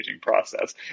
process